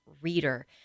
reader